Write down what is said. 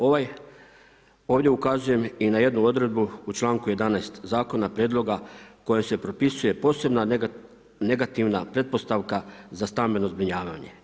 Ovdje ukazujem i na jednu odredbu u članku 11. zakona prijedloga kojom se propisuje posebna negativna pretpostavka za stambeno zbrinjavanje.